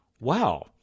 wow